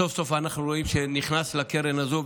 סוף-סוף אנחנו רואים הכנסה לקרן הזו,